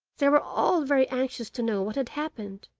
they were all very anxious to know what had happened,